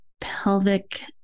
pelvic